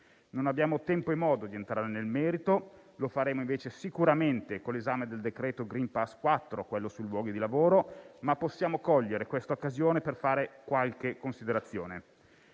Non abbiamo tempo e modo di entrare nel merito. Lo faremo invece sicuramente con l'esame del decreto *green pass* 4, quello relativo al luogo di lavoro, ma possiamo cogliere questa occasione per fare qualche considerazione.